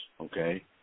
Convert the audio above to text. okay